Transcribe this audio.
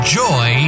joy